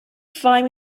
find